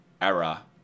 era